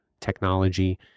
technology